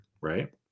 right